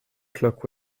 clock